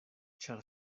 ĉar